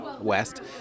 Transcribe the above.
west